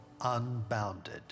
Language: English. unbounded